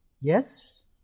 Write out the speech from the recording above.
yes